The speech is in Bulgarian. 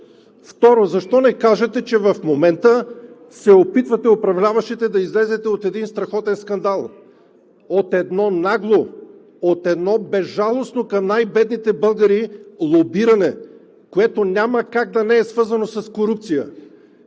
Защо не кажете, че в момента се опитвате – управляващите, да излезете от един страхотен скандал, от едно нагло, от едно безжалостно лобиране към най-бедните българи, което няма как да не е свързано с корупция?